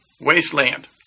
wasteland